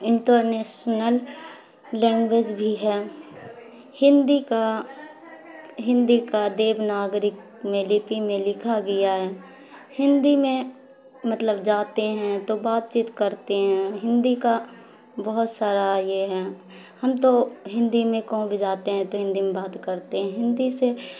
inter national language بھی ہے ہندی کا ہندی کا دیوناگرک میں لپی میں لکھا گیا ہے ہندی میں مطلب جاتے ہیں تو بات چیت کرتے ہیں ہندی کا بہت سارا یہ ہے ہم تو ہندی میں کہوں بھی جاتے ہیں تو ہندی میں بات کرتے ہیں ہندی سے